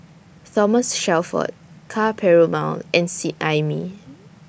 Thomas Shelford Ka Perumal and Seet Ai Mee